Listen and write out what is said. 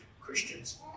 Christians